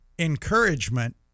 encouragement